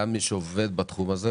גם מי שעובד בתחום הזה,